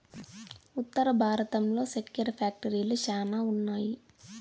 ఉత్తర భారతంలో సెక్కెర ఫ్యాక్టరీలు శ్యానా ఉన్నాయి